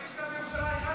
יש לממשלה 11 חברים.